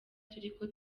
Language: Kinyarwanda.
turiko